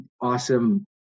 awesome